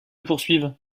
poursuivent